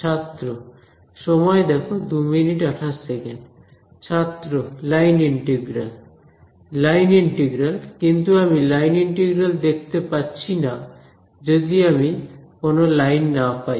ছাত্র line integral line integral কিন্তু আমি লাইন ইন্টিগ্রাল দেখতে পাচ্ছি না যদি আমি কোন লাইন না পাই